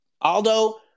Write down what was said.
Aldo